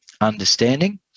understanding